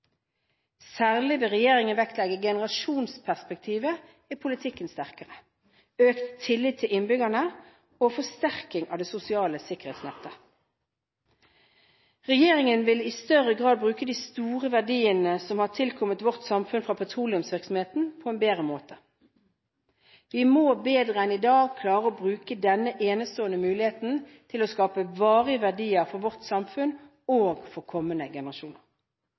Særlig vil regjeringen vektlegge generasjonsperspektivet i politikken sterkere, økt tillit til innbyggerne og forsterking av det sosiale sikkerhetsnettet. Regjeringen vil i større grad bruke de store verdiene som har tilkommet vårt samfunn fra petroleumsvirksomheten på en bedre måte. Vi må bedre enn i dag klare å bruke denne enestående muligheten til å skape varige verdier for vårt samfunn og for kommende generasjoner.